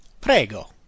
Prego